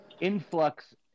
influx